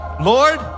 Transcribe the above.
Lord